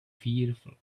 fearful